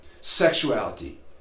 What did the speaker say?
Sexuality